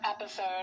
episode